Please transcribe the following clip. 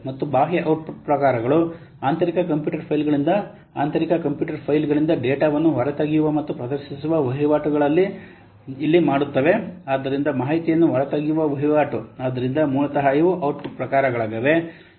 ಮತ್ತು ಬಾಹ್ಯ ಔಟ್ಪುಟ್ ಪ್ರಕಾರಗಳು ಆಂತರಿಕ ಕಂಪ್ಯೂಟರ್ ಫೈಲ್ಗಳಿಂದ ಆಂತರಿಕ ಕಂಪ್ಯೂಟರ್ ಫೈಲ್ಗಳಿಂದ ಡೇಟಾವನ್ನು ಹೊರತೆಗೆಯುವ ಮತ್ತು ಪ್ರದರ್ಶಿಸುವ ವಹಿವಾಟುಗಳನ್ನು ಇಲ್ಲಿ ಮಾಡುತ್ತವೆ ಆದ್ದರಿಂದ ಮಾಹಿತಿಯನ್ನು ಹೊರತೆಗೆಯುವ ವಹಿವಾಟು ಆದ್ದರಿಂದ ಮೂಲತಃ ಇವು ಔಟ್ಪುಟ್ ಪ್ರಕಾರಗಳಾಗಿವೆ